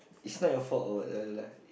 it's not your fault or whatever lah